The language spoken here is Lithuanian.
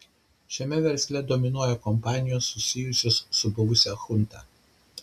šiame versle dominuoja kompanijos susijusios su buvusia chunta